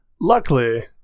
luckily